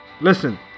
Listen